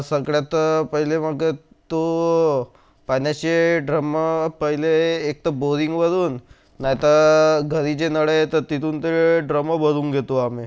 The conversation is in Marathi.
सगळ्यात मग तो पाण्याचे ड्रमं पहिले एकतर बोरिंगवरून नाही तर घरी जे नळ येतात तिथून ते ड्रमं भरून घेतो आम्ही